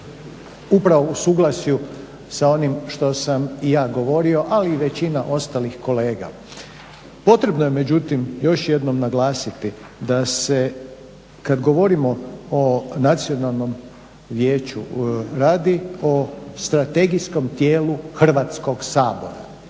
upravo u suglasju sa onim što sam i ja govorio ali i većina ostalih kolega. Potrebno je međutim još jednom naglasiti da se kada govorimo o nacionalnom vijeću radi o strategijskom tijelu Hrvatskog sabora,